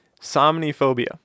Somniphobia